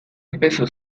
empezó